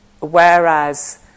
whereas